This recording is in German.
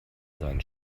sein